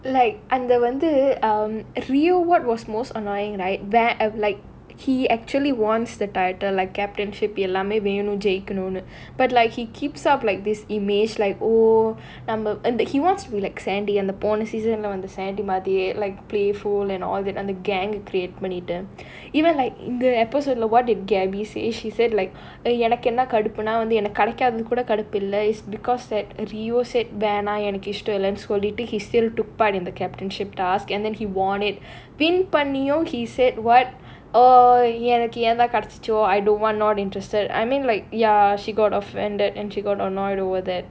like அங்க வந்து:anga vanthu um rio what was most annoying right where I like he actually wants the director like captain should be எல்லாமே வேணும் ஜெயிக்கனுனு:ellaamae venum jaikkanunnu but like he keeps up like this image like oh number he wants to be like sandy அந்த போன:antha pona season leh வந்த:vantha sandy மாதிரியே:maathiriyae like playful and all that அந்த:antha gang create பண்ணிட்டு:pannittu even like இந்த:intha episode leh what if gabby says she said like எனக்கு என்ன கடுப்புனா வந்து எனக்கு கிடைக்காது கூட கடுப்பில்ல:enakku enna kaduppunaa vanthu enakku kidaikkaathu kooda kadupilla it's because that rio said வேணா எனக்கு இஷ்டம் இல்லனு சொல்லிட்டு:venaa enakku ishtam illanu sollittu he still took part in the captainship task and then he won it win பண்ணியும்:panniyum he said what oh yet எனக்கு ஏன்தா கிடைச்சுச்சோ:enakku yaenthaa kidaichucho I don't want not interested I mean like ya she got offended and she got annoyed over that